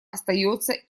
остается